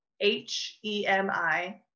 H-E-M-I